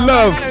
Love